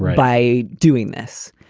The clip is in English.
by doing this.